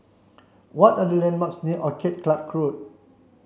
what are the landmarks near Orchid Club Road